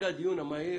הדיון המהיר